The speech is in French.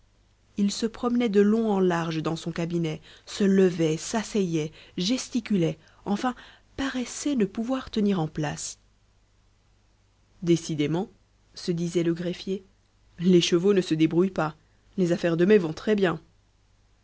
il se promenait de long en long dans son cabinet se levait s'asseyait gesticulait enfin paraissait ne pouvoir tenir en place décidément se disait le greffier l'écheveau ne se débrouille pas les affaires de mai vont très-bien